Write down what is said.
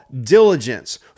diligence